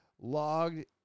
logged